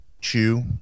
chew